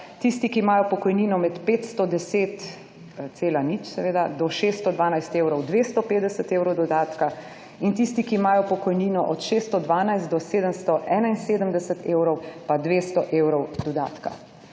Tisti, ki imajo pokojnino med 510 do 612 evrov 250 evrov dodatka. In tisti, ki imajo pokojnino od 612 do 771 evrov pa 200 evrov dodatka.